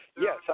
yes